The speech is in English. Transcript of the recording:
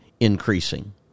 Increasing